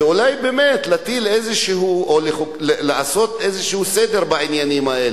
ואולי באמת לעשות איזה סדר בעניינים האלה.